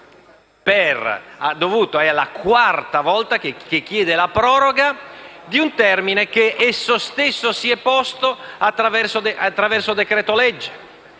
la quarta volta chiede la proroga di un termine che esso stesso si è posto attraverso un decreto-legge.